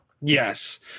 Yes